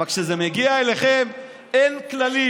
אבל כשזה מגיע אליכם אין כללים,